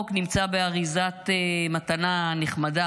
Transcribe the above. היא שכחה שהיא חצי ערבייה.